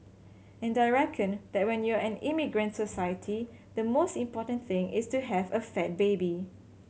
and I reckon that when you're an immigrant society the most important thing is to have a fat baby